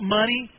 money